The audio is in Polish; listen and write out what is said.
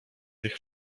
tych